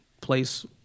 place